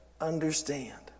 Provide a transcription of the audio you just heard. understand